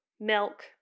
milk